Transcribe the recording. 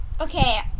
Okay